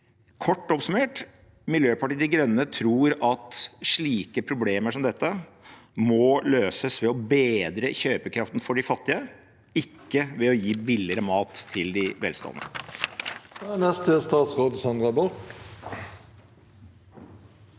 Kort oppsummert: Miljøpartiet De Grønne tror problemer som dette må løses ved å bedre kjøpekraften for de fattige, ikke ved å gi billigere mat til de velstående. Statsråd Sandra Borch